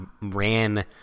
ran